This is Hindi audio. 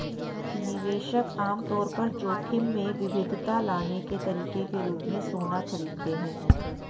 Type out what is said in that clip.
निवेशक आम तौर पर जोखिम में विविधता लाने के तरीके के रूप में सोना खरीदते हैं